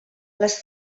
les